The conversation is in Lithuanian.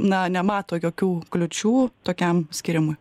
na nemato jokių kliūčių tokiam skyrimui